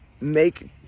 make